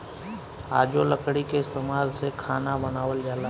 आजो लकड़ी के इस्तमाल से खाना बनावल जाला